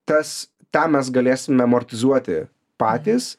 tas tą mes galėsim amortizuoti patys